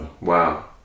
wow